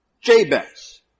Jabez